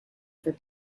for